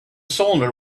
cylinder